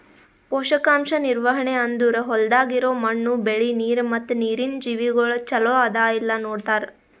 ಪೋಷಕಾಂಶ ನಿರ್ವಹಣೆ ಅಂದುರ್ ಹೊಲ್ದಾಗ್ ಇರೋ ಮಣ್ಣು, ಬೆಳಿ, ನೀರ ಮತ್ತ ನೀರಿನ ಜೀವಿಗೊಳ್ ಚಲೋ ಅದಾ ಇಲ್ಲಾ ನೋಡತಾರ್